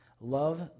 Love